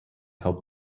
help